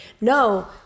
no